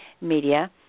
media